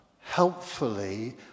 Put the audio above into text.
helpfully